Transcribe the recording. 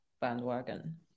bandwagon